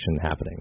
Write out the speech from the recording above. happening